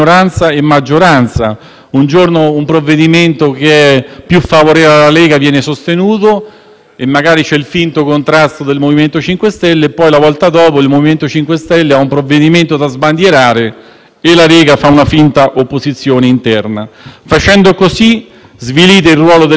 e magari c'è il finto contrasto del MoVimento 5 Stelle, la volta dopo il MoVimento 5 Stelle ha un provvedimento da sbandierare e la Lega fa una finta opposizione interna. Facendo così svilite il ruolo delle istituzioni, anteponendo l'accordo di Governo al rispetto dei principi di legalità